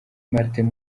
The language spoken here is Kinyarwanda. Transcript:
martin